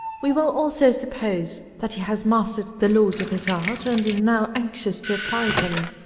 we will also suppose that he has mastered the laws of his art, and is now anxious to apply them.